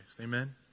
Amen